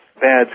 Bad